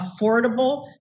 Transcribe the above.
affordable